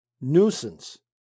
nuisance